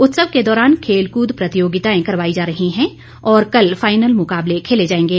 उत्सव के दौरान खेल कूद प्रतियोगिताएं करवाई जा रही हैं और कल फाईनल मुकाबले खेले जाएंगे